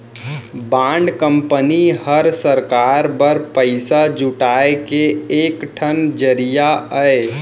bond company हर सरकार बर पइसा जुटाए के एक ठन जरिया अय